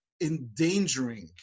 Endangering